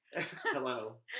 Hello